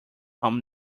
home